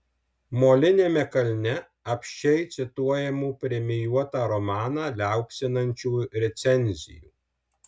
moliniame kalne apsčiai cituojamų premijuotą romaną liaupsinančių recenzijų